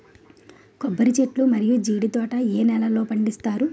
కొబ్బరి చెట్లు మరియు జీడీ తోట ఏ నేలల్లో పండిస్తారు?